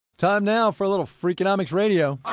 time now for a little freakonomics radio.